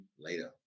later